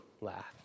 laugh